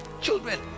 children